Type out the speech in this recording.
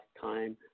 time